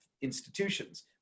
institutions